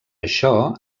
això